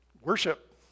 worship